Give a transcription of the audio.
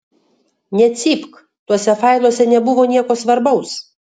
necypk tuose failuose nebuvo nieko svarbaus